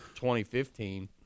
2015